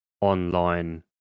Online